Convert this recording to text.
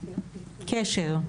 קשר,